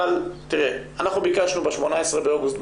אבל אנחנו ביקשנו ב-18 באוגוסט,